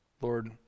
Lord